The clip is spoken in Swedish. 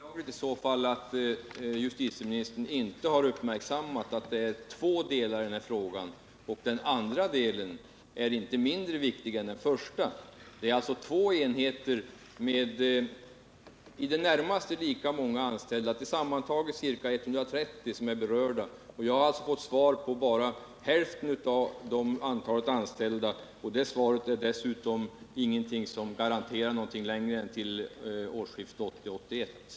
Herr talman! Det är beklagligt i så fall att justitieministern inte har uppmärksammat att min fråga har två delar. Den andra delen är inte mindre viktig än den första. Det gäller alltså två enheter CFD och DAFA. Sammantaget är det ca 130 anställda som är berörda, och jag har fått svar beträffande endast en del av dessa. Svaret garanterar dessutom ingenting längre än till budgetåret 1981/ 82.